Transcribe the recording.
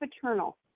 paternal